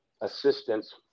assistance